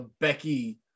Becky